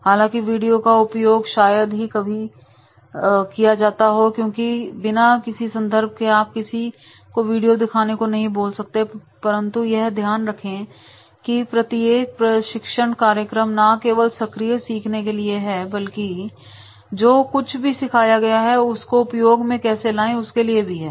हालांकि वीडियो का उपयोग शायद ही कभी किया जाता हो क्योंकि बिना किसी संदर्भ के आप किसी को वीडियो दिखाने को नहीं बोल सकते परंतु यह ध्यान रखें कि प्रत्येक प्रशिक्षण कार्यक्रम ना केवल सक्रिय सीखने के लिए है बल्कि जो कुछ भी सीखा गया है उसको उपयोग में कैसे लाएं उसके लिए भी है